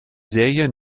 serie